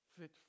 fit